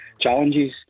challenges